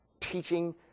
teaching